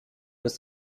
ist